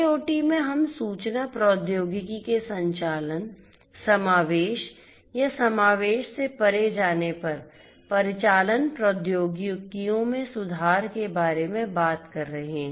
IIoT में हम सूचना प्रौद्योगिकी के संचालन समावेश या समावेश से परे जाने और परिचालन प्रौद्योगिकियों में सुधार के बारे में बात कर रहे हैं